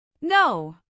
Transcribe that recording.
No